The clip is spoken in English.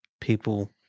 people